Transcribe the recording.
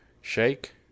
Shake